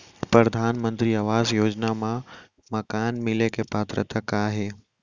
परधानमंतरी आवास योजना मा मकान मिले के पात्रता का हे?